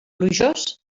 plujós